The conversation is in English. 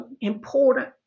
important